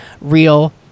real